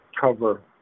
cover